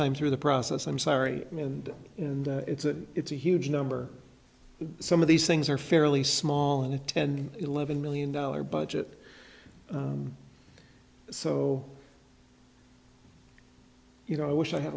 time through the process i'm sorry and and it's a it's a huge number some of these things are fairly small and eleven million dollar budget so you know i wish i had